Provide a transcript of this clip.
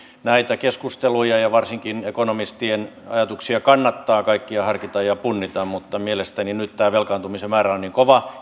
näitä keskusteluja ja varsinkin ekonomistien ajatuksia kannattaa kaikkia harkita ja punnita mutta mielestäni nyt tämä velkaantumisen määrä on kova